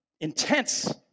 intense